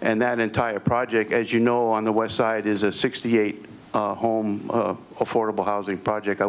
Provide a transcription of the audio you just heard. and that entire project as you know on the west side is a sixty eight home affordable housing project i